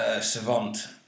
Savant